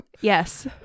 Yes